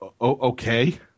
Okay